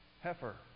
Heifer